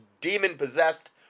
demon-possessed